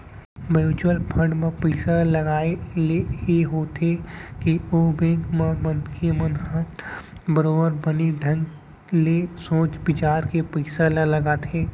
mutual fund म पइसा लगाए ले ये होथे के ओ बेंक के मनखे मन ह बरोबर बने ढंग ले सोच बिचार करके पइसा ल लगाथे